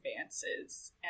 advances